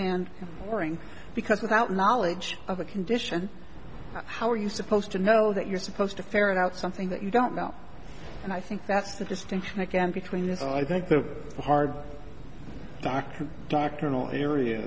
and boring because without knowledge of a condition how are you supposed to know that you're supposed to ferret out something that you don't know and i think that's the distinction again between this and i think the hard dr doctrinal area